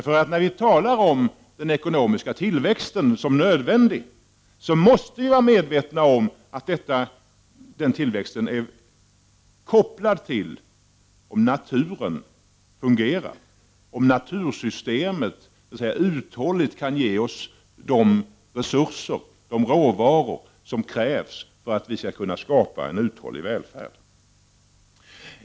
När man talar om den ekonomiska tillväxten som nödvändig, måste man vara medveten om att denna tillväxt är kopplad till hur naturen fungerar och om natursystemet uthålligt kan ge oss de resurser och de råvaror som krävs för att vi skall kunna skapa en uthållig välfärd.